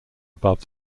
above